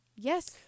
Yes